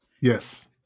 Yes